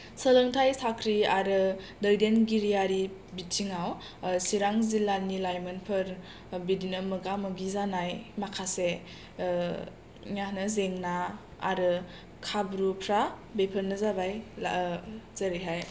सोलोंथाइ साख्रि आरो दैदेनगिरियारि बिथिङाव चिरां जिल्लानि लायमोनफोर बिदिनो मोगा मोगि जानाय माखासे मा होनो जेंना आरो खाबुफ्रा बेफोरनो जाबाय जेरैहाय